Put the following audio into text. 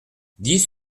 dix